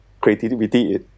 creativity